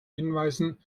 hinweisen